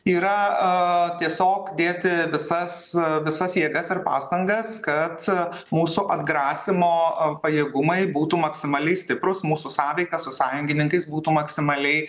yra aaa tiesiog dėti visas visas jėgas ir pastangas kad mūsų atgrasymo pajėgumai būtų maksimaliai stiprus mūsų sąveika su sąjungininkais būtų maksimaliai